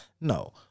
No